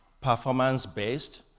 performance-based